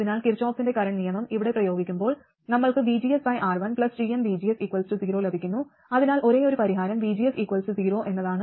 അതിനാൽ കിർചോഫിന്റെ കറന്റ് നിയമം ഇവിടെ പ്രയോഗിക്കുമ്പോൾ നമ്മൾക്ക് vgsR1gmvgs0 ലഭിക്കുന്നു അതിനാൽ ഒരേയൊരു പരിഹാരം vgs0 എന്നതാണ്